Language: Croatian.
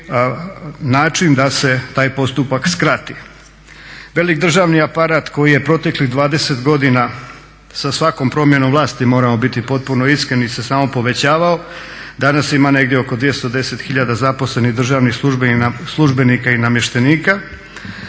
način da se taj postupak skrati. Velik državni aparat koji je proteklih 20 godina sa svakom promjenom vlasti, moramo biti potpuno iskreni, se samo povećavao, danas ima negdje oko 210 000 zaposlenih državnih službenika i namještenika